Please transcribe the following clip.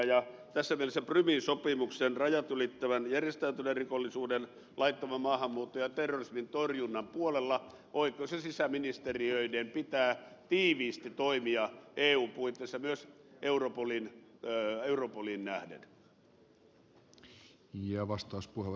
tässä mielessä prumin sopimuksen rajat ylittävän järjestäytyneen rikollisuuden laittoman maahanmuuton ja terrorismin torjunnan puolella oikeus ja sisäministeriöiden pitää tiiviisti toimia eun puitteissa myös europoliin nähden